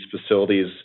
facilities